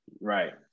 Right